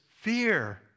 fear